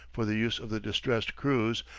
for the use of the distressed crews,